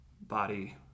body